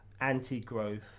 anti-growth